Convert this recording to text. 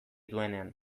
duenean